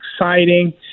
exciting